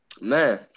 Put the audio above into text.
man